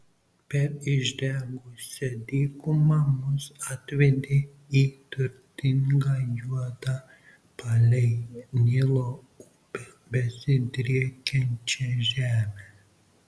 per išdegusią dykumą mus atvedė į turtingą juodą palei nilo upę besidriekiančią žemę